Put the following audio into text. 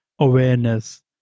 Awareness